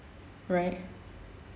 right